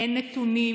אין נתונים.